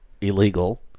illegal